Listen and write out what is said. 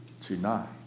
tonight